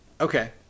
Okay